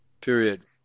Period